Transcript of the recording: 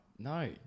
No